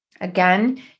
again